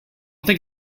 think